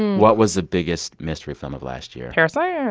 what was the biggest mystery film of last year? parasite? yeah